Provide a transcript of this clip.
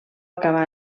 acabar